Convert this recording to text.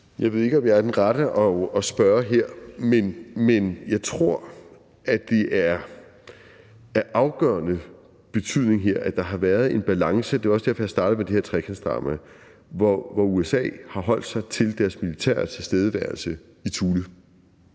Jeg ved ikke, om jeg er den rette at spørge. Men jeg tror, at det er af afgørende betydning, at der har været en balance – det var også derfor, jeg startede med det her trekantsdrama – hvor USA har holdt sig til deres militære tilstedeværelse i Thule